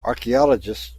archaeologists